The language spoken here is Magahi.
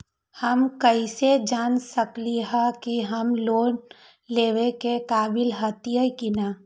हम कईसे जान सकली ह कि हम लोन लेवे के काबिल हती कि न?